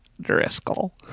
Driscoll